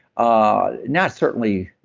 ah not certainly,